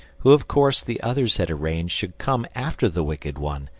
who, of course, the others had arranged should come after the wicked one,